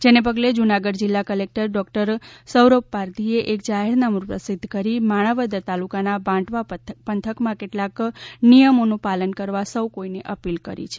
જેને પગલે જૂનાગઢ જિલ્લા કલેકટર ડોક્ટર સૌરભ પારધીએ એક જાહેરનામું પ્રસિદ્ધ કરીને માણાવદર તાલુકાના બાટવા પંથકમાં કેટલાક નિયમોનું પાલન કરવા સૌ કોઈને અપીલ કરી છે